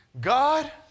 God